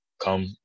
come